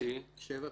לזוכה בתיק לפי סעיף